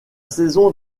saison